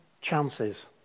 chances